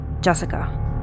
Jessica